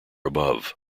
above